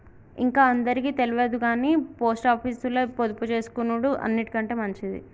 ఇంక అందరికి తెల్వదుగని పోస్టాపీసుల పొదుపుజేసుకునుడు అన్నిటికంటె మంచిది